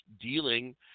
dealing